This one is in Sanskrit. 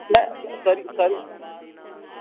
न सरि सरि